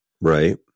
Right